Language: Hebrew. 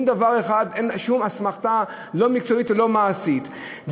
אין שום אסמכתה, לא מקצועית ולא מעשית.